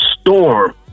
storm